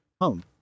home